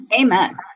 Amen